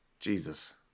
Jesus